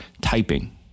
typing